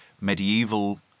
medieval